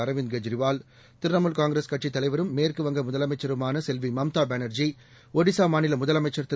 அர்விந்த் கெஜ்ரிவால் திரனாமுல் கட்சித் தலைவரும் மேற்கு வங்க முதலமைச்சருமான செல்வி மம்தா பானர்ஜி ஷடிசா மாநில முதலமைச்சர் திரு